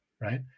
right